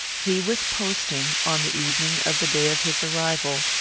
he was posting, on the evening of the day of his arrival,